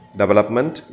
development